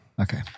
Okay